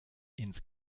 ins